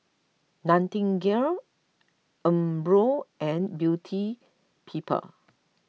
Nightingale Umbro and Beauty People